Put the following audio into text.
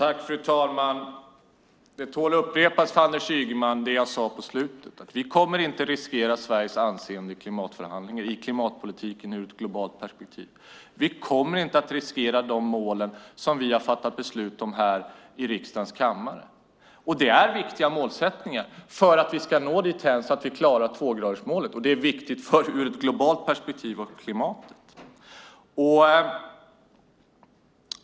Fru talman! Det som jag sade på slutet tål att upprepas för Anders Ygeman. Vi kommer inte att riskera Sveriges anseende i klimatförhandlingarna och i klimatpolitiken ur ett globalt perspektiv. Vi kommer inte att riskera de mål som vi har fattat beslut om här i riksdagens kammare. Det är viktiga målsättningar för att vi ska nå dithän att vi klarar tvågradersmålet. Det är viktigt ur ett globalt perspektiv för klimatet.